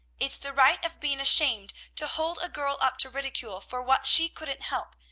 it's the right of being ashamed to hold a girl up to ridicule for what she couldn't help,